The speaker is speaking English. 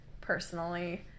personally